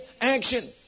action